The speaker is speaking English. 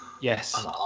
Yes